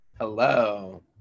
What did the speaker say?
Hello